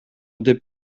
деп